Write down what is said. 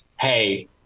hey